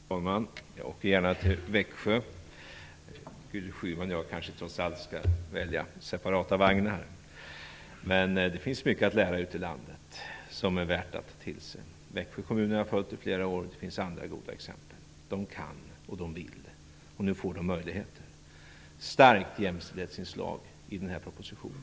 Fru talman! Jag åker gärna till Växjö, men Gudrun Schyman och jag skall kanske trots allt välja separata vagnar. Det finns mycket att lära ute i landet som är värt att ta till sig. Jag har följt Växjö kommun i flera år, och det finns andra goda exempel. De kan och de vill, och nu får de möjligheter. Det finns ett starkt jämställdhetsinslag i den här propositionen.